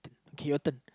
okay your turn